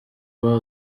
uba